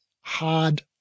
hard